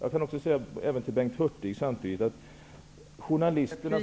Jag vänder mig också till Bengt